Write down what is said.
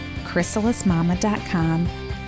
chrysalismama.com